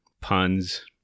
puns